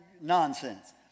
nonsense